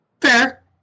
Fair